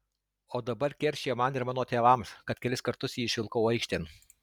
o dabar keršija man ir mano tėvams kad kelis kartus jį išvilkau aikštėn